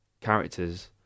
characters